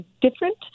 different